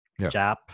Jap